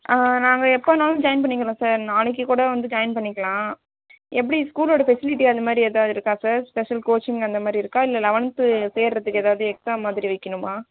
நாங்கள் எப்போ வேணாலும் ஜாய்ன் பண்ணிக்கிறோம் சார் நாளைக்கே கூட வந்து ஜாய்ன் பண்ணிக்கலாம் எப்படி ஸ்கூலோட ஃபெசிலிட்டி அந்த மாரி எதாவது இருக்கா சார் ஸ்பெஷல் கோச்சிங் அந்த மாரி இருக்கா இல்லை லவன்த்து சேர்றதுக்கு ஏதாவது எக்ஸாம் மாதிரி வைக்கணுமா